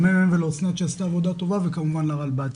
לממ"מ ולאסנת שעשתה עבודה טובה וכמובן לרלב"ד.